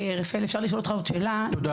תודה